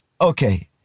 Okay